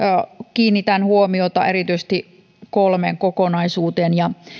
kiinnitän huomiota erityisesti kolmeen kokonaisuuteen